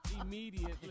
Immediately